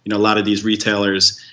you know a lot of these retailers